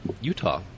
Utah